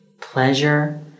pleasure